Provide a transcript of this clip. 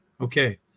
Okay